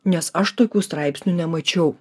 nes aš tokių straipsnių nemačiau